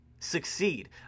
succeed